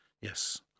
Yes